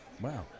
Wow